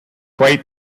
white